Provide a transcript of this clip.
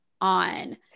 on